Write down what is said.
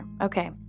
okay